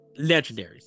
Legendaries